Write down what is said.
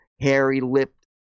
hairy-lipped